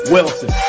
Wilson